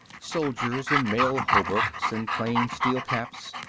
soldiers in mail hauberks and plain steel caps,